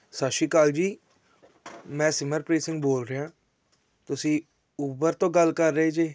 ਸਤਿ ਸ਼੍ਰੀ ਅਕਾਲ ਜੀ ਮੈਂ ਸਿਮਰਪ੍ਰੀਤ ਸਿੰਘ ਬੋਲ ਰਿਹਾ ਤੁਸੀਂ ਊਬਰ ਤੋਂ ਗੱਲ ਕਰ ਰਹੇ ਜੇ